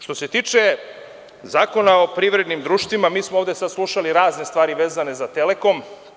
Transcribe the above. Što se tiče Zakona o privrednim društvima, mi smo ovde sada slušali razne stvari vezane za „Telekom“